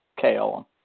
KO